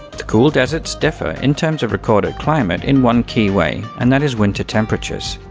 the cool deserts differ in terms of recorded climate in one key way, and that is winter temperatures.